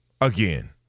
again